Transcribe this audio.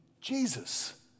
Jesus